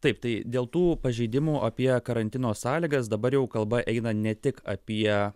taip tai dėl tų pažeidimų apie karantino sąlygas dabar jau kalba eina ne tik apie